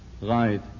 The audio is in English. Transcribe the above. Right